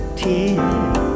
tears